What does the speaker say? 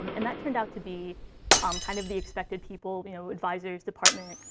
and that turned out to be um kind of the expected people you know, advisors, department,